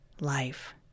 life